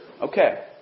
okay